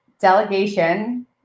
delegation